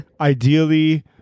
Ideally